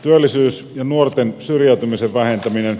työllisyys ja nuorten syrjäytymisen vähentäminen